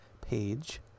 page